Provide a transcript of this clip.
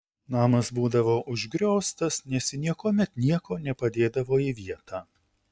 namas būdavo užgrioztas nes ji niekuomet nieko nepadėdavo į vietą